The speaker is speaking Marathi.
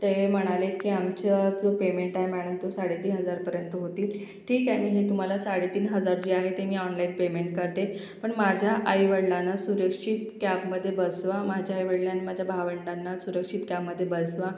ते म्हणालेत की आमचं जो पेमेंट आहे मॅळम तो साडेतीन हजारपर्यंत होतील ठीक आहे मी तुम्हाला साडेतीन हजार जे आहेत ते ऑनलाईन पेमेंट करते पण माझ्या आईवडिलांना सुरक्षित कॅबमध्ये बसवा माझ्या आईवडीला आणि माझ्या भावंडांना सुरक्षित कॅममध्ये बसवा